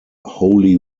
holy